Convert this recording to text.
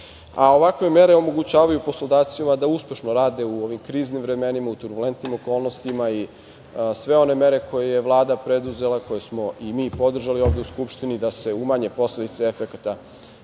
tržištu. Ovakve mere omogućavaju poslodavcima da uspešno rade u ovim kriznim vremenima, u turbulentnim okolnostima i sve one mere koje je Vlada preduzela, koje smo i mi podržali ovde u Skupštini, da se umanje posledice efekata